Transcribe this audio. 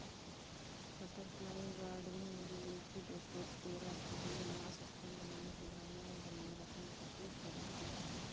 butterfly gardening, lepidoptera के लिए निवास स्थान बनाने, सुधारने और बनाए रखने का एक तरीका है